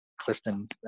clifton